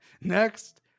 next